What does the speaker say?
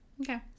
okay